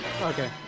Okay